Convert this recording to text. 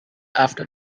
after